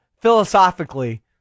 philosophically